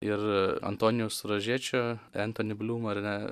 ir antonijaus rožėčio entoni bliūm ar ne